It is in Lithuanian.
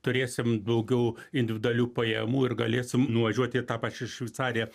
turėsim daugiau individualių pajamų ir galėsim nuvažiuot į tą pačią šveicariją